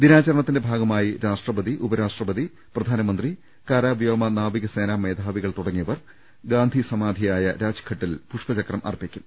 ദിനാചരണത്തിന്റെ ഭാഗമായി രാഷ്ട്രപതി ഉപരാഷ്ട്രപതി പ്രധാനമന്ത്രി കര വ്യോമ നാവിക സേനാ മേധാവികൾ തുടങ്ങിയവർ ഗാന്ധി സമാധിയായ രാജ്ഘട്ടിൽ പുഷ്പചക്രം അർപ്പിക്കും